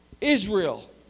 Israel